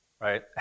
right